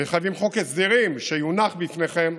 וחייבים חוק הסדרים שיונח בפניכם,